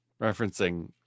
referencing